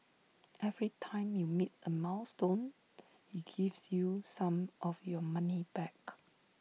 every time you meet A milestone he gives you some of your money back